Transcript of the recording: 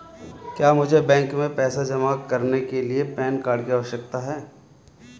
क्या मुझे बैंक में पैसा जमा करने के लिए पैन कार्ड की आवश्यकता है?